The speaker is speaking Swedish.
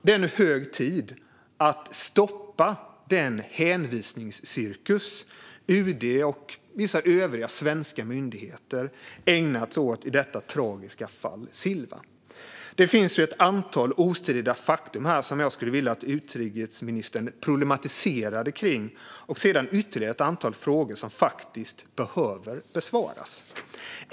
Det är nu hög tid att stoppa den hänvisningscirkus som UD och vissa övriga svenska myndigheter ägnat sig åt i det tragiska fallet med paret Silva. Det finns ett antal ostridiga fakta här som jag skulle vilja att utrikesministern problematiserade kring samt ytterligare ett antal frågor som faktiskt behöver besvaras.